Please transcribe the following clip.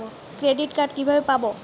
Credit card কিভাবে পাব?